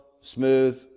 smooth